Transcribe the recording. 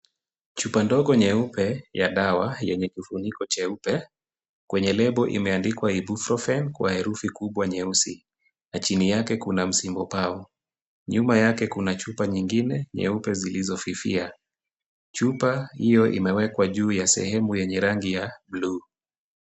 Chupa ndogo nyeupe ya dawa yenye kifuniko cheupe kwenye lebo imeandikwa Ibuprofen kwa herufi kubwa nyeusi na chini yake kuna msingo pawa . Nyuma yake kuna chupa nyingine nyeupe zilizofifia. Chupa hiyo imewekwa juu ya sehemu yenye rangi ya buluu.